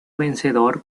vencedor